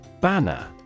Banner